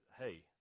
hey